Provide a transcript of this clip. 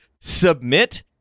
submit